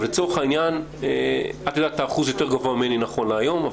לצורך העניין את יודעת את האחוז יותר ממני נכון להיום,